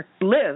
live